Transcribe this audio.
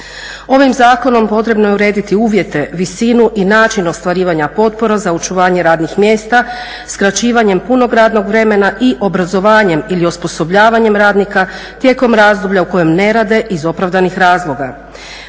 Ovim zakonom potrebno je urediti uvjete, visinu i način ostvarivanja potpora za očuvanje radnih mjesta skraćivanjem punog radnog vremena i obrazovanjem ili osposobljavanjem radnika tijekom razdoblja u kojem ne rade iz opravdanih razloga.